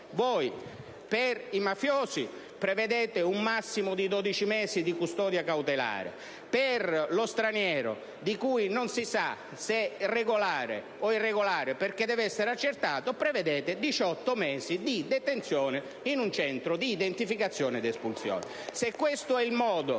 Voi per i mafiosi prevedete un massimo di dodici mesi di custodia cautelare; per lo straniero, che non si sa se regolare o irregolare perché deve essere accertato, prevedete diciotto mesi di detenzione in un Centro di identificazione ed espulsione.